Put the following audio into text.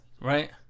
right